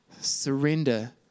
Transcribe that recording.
surrender